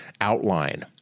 outline